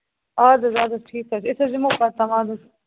اَدٕ حظ اَدٕ حظ ٹھیٖک حظ أسۍ حظ یِمَو پَتہٕ پَہم اَدٕ حظ